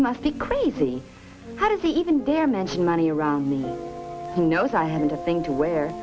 must be crazy how does he even dare mention money around me he knows i had a thing where